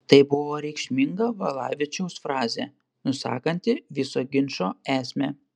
tai buvo reikšminga valavičiaus frazė nusakanti viso ginčo esmę